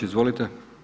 Izvolite.